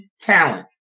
talent